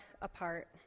apart